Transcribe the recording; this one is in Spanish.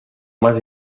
más